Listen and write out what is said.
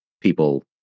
people